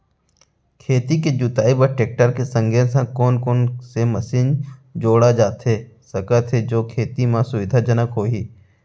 खेत के जुताई बर टेकटर के संगे संग कोन कोन से मशीन जोड़ा जाथे सकत हे जो खेती म सुविधाजनक होही?